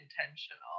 intentional